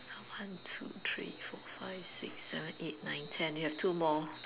one two three four five six seven eight nine ten you have two more